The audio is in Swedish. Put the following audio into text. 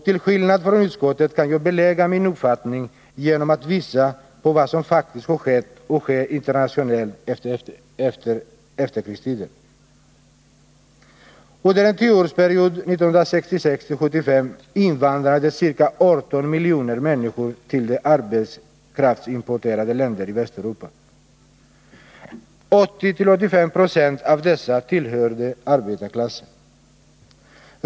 Till skillnad från utskottet kan jag belägga min uppfattning genom att visa på vad som faktiskt har skett under efterkrigstiden. Under en tioårsperiod, 1966-1975, invandrade ca 18 miljoner människor till de arbetskraftsimporterande länderna i Västeuropa. Av dessa tillhörde 80-85 20 arbetarklassen.